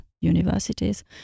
universities